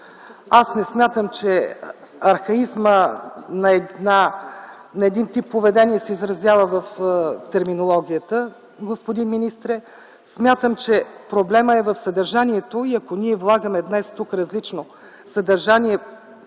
Аз не смятам, че архаизмът на един тип поведение се изразява в терминологията, господин министър. Смятам, че проблемът е в съдържанието и ако ние влагаме днес тук различно съдържание